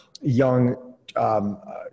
young